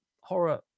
horror